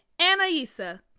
Anaisa